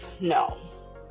no